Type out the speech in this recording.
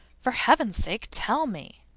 for heaven's sake tell me